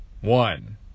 one